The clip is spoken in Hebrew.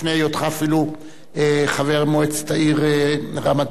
לפני היותך אפילו חבר מועצת העיר רמת-גן,